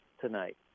tonight